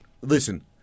listen